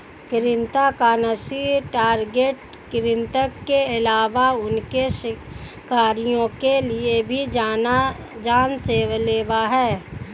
कृन्तकनाशी टारगेट कृतंक के अलावा उनके शिकारियों के लिए भी जान लेवा हैं